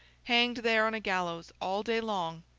hanged there on a gallows all day long,